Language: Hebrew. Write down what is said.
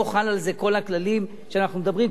לא חלים על זה כל הכללים שאנחנו מדברים,